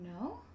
No